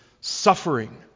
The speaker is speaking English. suffering